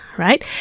Right